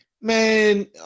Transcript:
Man